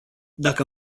dacă